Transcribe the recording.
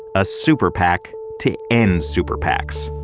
a superpac to end superpacs.